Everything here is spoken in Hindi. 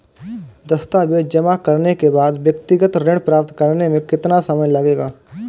दस्तावेज़ जमा करने के बाद व्यक्तिगत ऋण प्राप्त करने में कितना समय लगेगा?